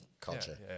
culture